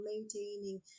maintaining